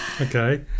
Okay